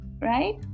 right